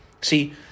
See